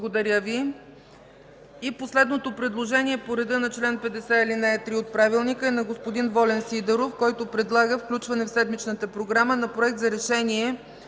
не е прието. И последното предложение по реда на чл. 50, ал. 3 от Правилника е на господин Волен Сидеров, който предлага включване в седмичната програма на Проект за решение